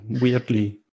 weirdly